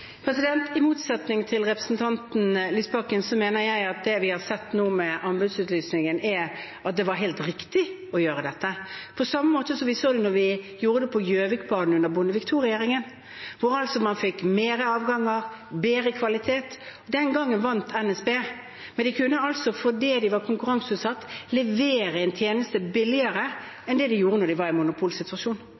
I motsetning til representanten Lysbakken mener jeg at det vi nå har sett i forbindelse med anbudsutlysningen, er at det var helt riktig å gjøre dette – på samme måte som vi så det da vi gjorde det med Gjøvikbanen under Bondevik II-regjeringen, hvor man fikk flere avganger og bedre kvalitet. Den gangen vant NSB. Men de kunne, fordi de var konkurranseutsatt, levere en tjeneste billigere enn de gjorde da de var i en monopolsituasjon.